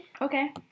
Okay